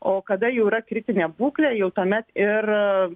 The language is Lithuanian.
o kada jau yra kritinė būklė jau tuomet ir